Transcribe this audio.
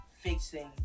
fixing